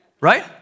right